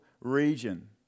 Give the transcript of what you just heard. region